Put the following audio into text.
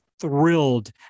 thrilled